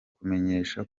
kumenyesha